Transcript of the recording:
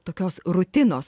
tokios rutinos